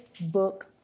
book